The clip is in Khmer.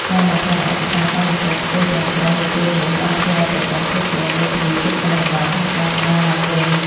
ការបំផ្លាញឯកសារកម្មសិទ្ធិស្ទើរទាំងស្រុងនាពេលនោះ បានធ្វើឱ្យប្រព័ន្ធគ្រប់គ្រងដីធ្លីជួបការលំបាកក្នុងការស្ដារឡើងវិញ។